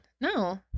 no